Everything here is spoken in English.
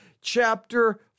chapter